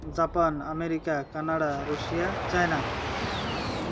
Japan America Canada Russia China